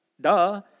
Duh